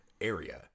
area